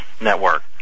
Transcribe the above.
network